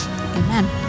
Amen